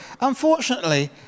unfortunately